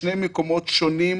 ממשלת אחדות,